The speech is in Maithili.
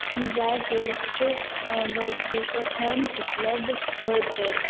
ड्रायफ्रूट वस्तु कखन उपलब्ध होयत